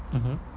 mmhmm